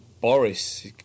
Boris